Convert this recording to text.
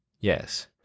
Yes